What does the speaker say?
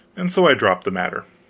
and so i dropped the matter.